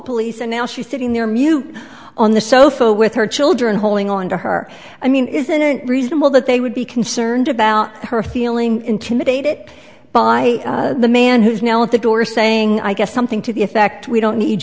police and now she's sitting there mute on the sofa with her children holding on to her i mean isn't it reasonable that they would be concerned about her feeling intimidated by the man who's now at the door saying i guess something to the effect we don't need